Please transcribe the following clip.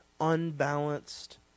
unbalanced